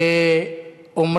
אדוני היושב-ראש,